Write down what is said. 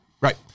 Right